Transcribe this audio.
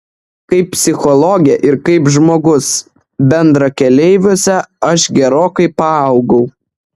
kaip psichologė ir kaip žmogus bendrakeleiviuose aš gerokai paaugau